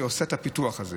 נת"י עושה את הפיתוח הזה.